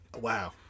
Wow